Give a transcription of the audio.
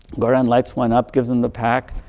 goran lights one up, give him the pack,